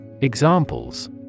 Examples